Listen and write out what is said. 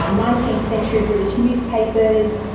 um nineteenth century british newspapers,